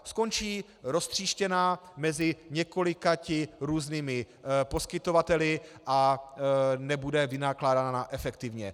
Skončí roztříštěná mezi několika různými poskytovateli a nebude vynakládána efektivně.